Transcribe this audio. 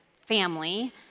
family